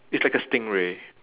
it's like a stingray